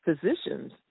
physicians